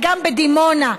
אגם בדימונה,